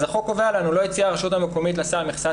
אז החוק קובע לנו: "לא הציעה הרשות המקומית לשר מכסת